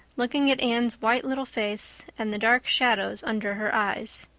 looking at anne's white little face and the dark shadows under her eyes.